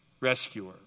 Rescuer